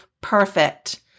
perfect